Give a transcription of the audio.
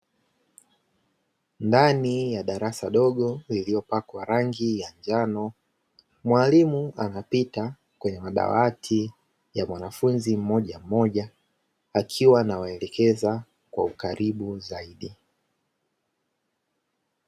Ndani ya darasa dogo liliopakwa rangi ya njano, mwalimu anapita kwenye madawati ya mwanafunzi mmoja mmoja akiwa anawaelekeza kwa ukaribu zaidi.